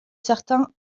certains